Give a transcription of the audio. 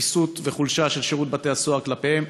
רפיסות וחולשה של שירות בתי-הסוהר כלפיהם,